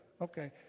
okay